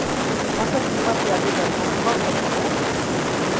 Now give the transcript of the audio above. फसल बीमा के आवेदन हम कर सकिला?